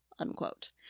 Unquote